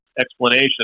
explanation